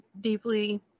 deeply